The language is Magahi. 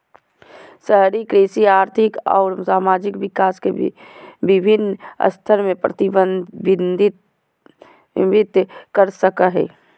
शहरी कृषि आर्थिक अउर सामाजिक विकास के विविन्न स्तर के प्रतिविंबित कर सक हई